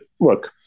look